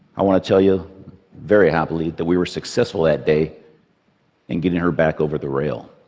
i want to tell you very happily that we were successful that day in getting her back over the rail.